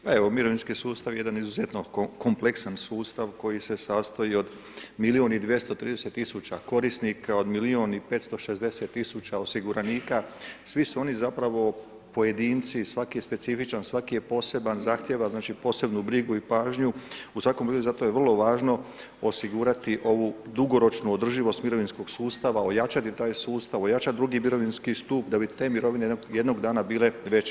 Pa evo mirovinski sustav jedan izuzetno kompleksan sustav koji se sastoji od milijun i 230 000 korisnika od milijun 560 000 osiguranika, svi su oni zapravo pojedinci, svaki je specifičan, svaki je poseban, zahtijeva znači posebnu brigu i pažnju i zato je vrlo važno osigurati ovu dugoročnu održivost mirovinskog sustava, ojačati taj sustav, ojačati drugi mirovinski stup da bi te mirovine jednog dana bile veće.